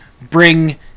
bring